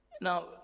Now